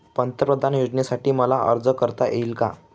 पंतप्रधान योजनेसाठी मला अर्ज करता येईल का?